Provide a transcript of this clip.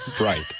Right